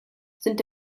sind